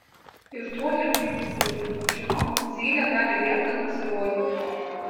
ir tuoj rimtai pridūrė žinok zylė gali vėl ten pasirodyti